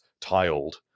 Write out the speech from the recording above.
tiled